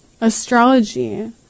astrology